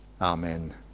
Amen